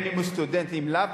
אם הוא סטודנט אם לאו,